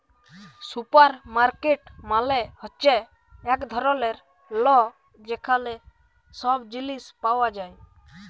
supermarket মালে হ্যচ্যে এক ধরলের ল যেখালে সব জিলিস পাওয়া যায়